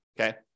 okay